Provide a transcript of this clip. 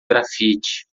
grafite